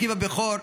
אחיו הבכור,